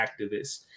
activists